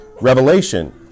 Revelation